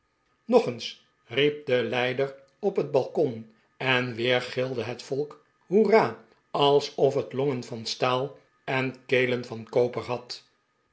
nog eensl riep de leider op het balkon en weer gilde het volk hoera alsof het longen van staal en kelen van koper had